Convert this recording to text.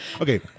Okay